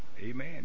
Amen